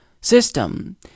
system